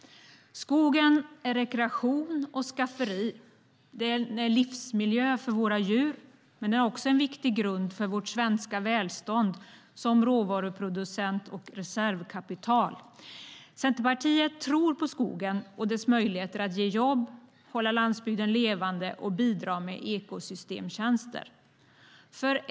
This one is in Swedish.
Skogen är rekreation och skafferi. Den är livsmiljö för våra djur. Men den är också en viktig grund för vårt svenska välstånd som råvaruproducent och reservkapital. Centerpartiet tror på skogen och dess möjligheter att ge jobb, hålla landsbygden levande och bidra med ekosystemtjänster.